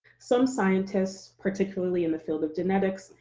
some scientists, particularly in the field of genetics,